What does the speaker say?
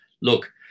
look